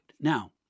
Now